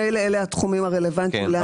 שממילא אלה התחומים הרלוונטיים.